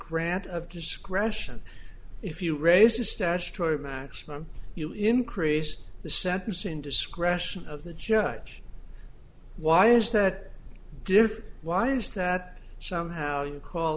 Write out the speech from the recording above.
grant of discretion if you raise a statutory maximum you increase the sentencing discretion of the judge why is that different why is that somehow you call